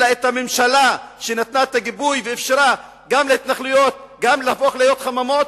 אלא את הממשלה שנתנה את הגיבוי ואפשרה להתנחלויות גם להפוך להיות חממות,